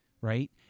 right